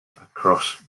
across